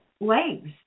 legs